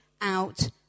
out